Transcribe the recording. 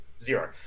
zero